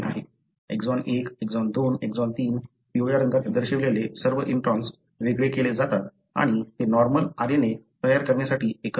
exon 1 exon 2 exon 3 पिवळ्या रंगात दर्शविलेले सर्व इंट्रॉन्स वेगळे केले जातात आणि ते नॉर्मल RNA तयार करण्यासाठी एकत्र जोडले जातात